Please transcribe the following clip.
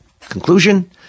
Conclusion